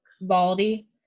Baldy